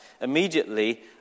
immediately